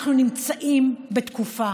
אנחנו נמצאים בתקופה